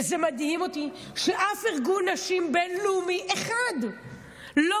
וזה מדהים אותי שאף ארגון נשים בין-לאומי אחד לא